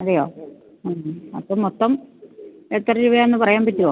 അതെയോ മ്മ് മ്മ് അപ്പോള് മൊത്തം എത്ര രൂപയാണെന്നു പറയാൻ പറ്റുമോ